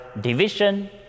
division